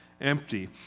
empty